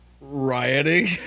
rioting